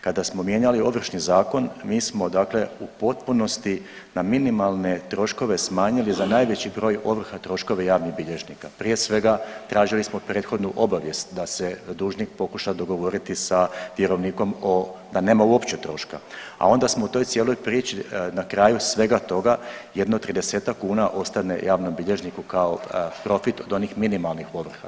Kada smo mijenjali Ovršni zakon mi smo dakle u potpunosti na minimalne troškove smanjili za najveći broj ovrha troškove javnih bilježnika, prije svega tražili smo prethodnu obavijest da se dužnik pokuša dogovoriti sa vjerovnikom o, da uopće nema troška, a onda smo u toj cijeloj priči, na kraju svega toga jedno 30-tak kuna ostane javnom bilježniku kao profit od onih minimalnih ovrha.